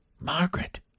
Margaret